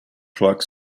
clark